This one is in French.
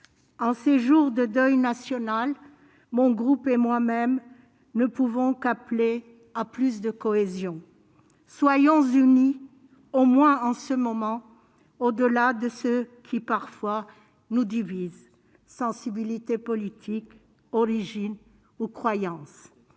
en ces jours de deuil national, le groupe CRCE et moi-même ne pouvons qu'appeler à plus de cohésion. Soyons unis, au moins en ce moment, au-delà de ce qui parfois nous divise : sensibilités politiques, origines ou croyances.